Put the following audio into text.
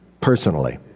Personally